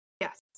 Yes